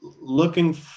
looking